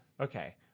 Okay